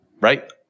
right